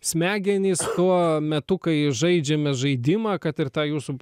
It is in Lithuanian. smegenys tuo metu kai žaidžiame žaidimą kad ir tą jūsų